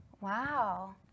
Wow